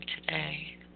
today